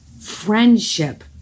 friendship